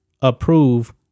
approve